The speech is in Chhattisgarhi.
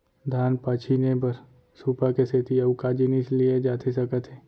धान पछिने बर सुपा के सेती अऊ का जिनिस लिए जाथे सकत हे?